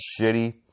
shitty